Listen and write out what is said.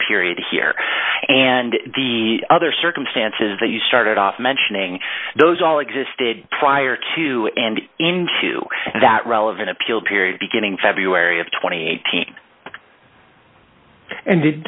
period here and the other circumstances that you started off mentioning those all existed prior to and into that relevant appeal period beginning february of two thousand and eighteen and